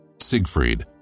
Siegfried